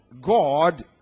god